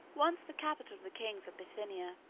once the capital of the kings of bithynia,